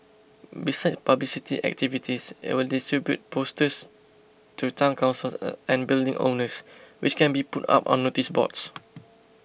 besides publicity activities it will distribute posters to Town Councils and building owners which can be put up on noticeboards